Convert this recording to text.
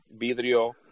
Vidrio